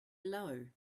low